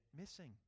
missing